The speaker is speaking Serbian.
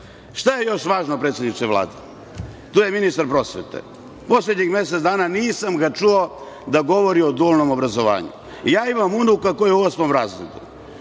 je još važno, predsedniče Vlade? Tu je ministar prosvete, poslednjih mesec dana ga nisam čuo da govori o dualnom obrazovanju. Ja imam unuka koji je u osmom razredu